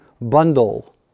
bundle